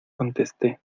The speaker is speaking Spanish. contesté